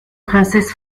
princesse